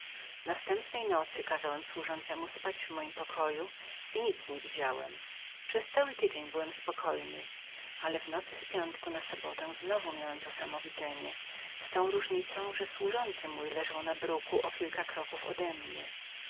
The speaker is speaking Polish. następnej nocy kazałem służącemu spać w moim pokoju i nic nie widziałem przez cały tydzień byłem spokojny ale w nocy z piątku na sobotę znowu miałem to samo widzenie z tą różnicą że służący mój leżał na bruku o kilka kroków odemnie